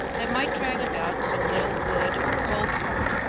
that might drag about some little wood or coal cart.